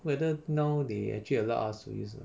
whether now they actually allow us to use or not